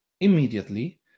immediately